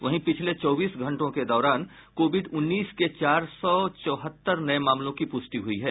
वहीं पिछले चौबीस घंटों के दौरान कोविड उन्नीस के चार सौ चौहत्तर नये मामलों की पुष्टि हुई है